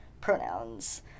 Pronouns